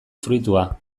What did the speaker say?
fruitua